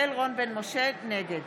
נגד